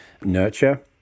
nurture